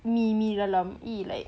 mee mee dalam !ee! like